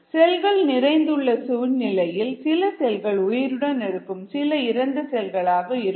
செல்கள் நிறைந்து உள்ள சூழ்நிலையில் சில செல்கள் உயிருடன் இருக்கும் சில இறந்த செல்களாக இருக்கும்